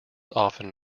often